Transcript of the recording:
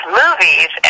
movies